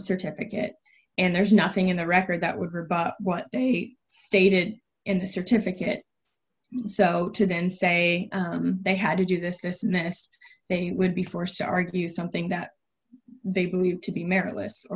certificate and there's nothing in the record that with what they stated in the certificate so to then say they had to do this this nest they would be forced to argue something that they believed to be meritless or